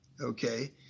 Okay